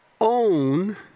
own